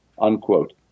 unquote